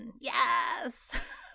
Yes